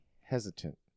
hesitant